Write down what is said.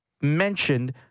mentioned